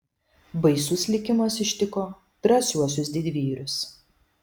baisus likimas ištiko drąsiuosius didvyrius